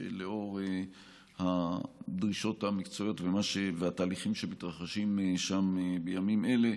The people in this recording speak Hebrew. לאור הדרישות המקצועיות והתהליכים שמתרחשים שם בימים אלה,